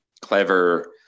clever